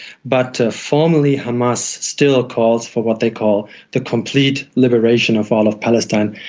but formally hamas still calls for what they call the complete liberation of all of palestine.